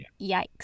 Yikes